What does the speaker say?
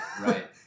right